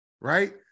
Right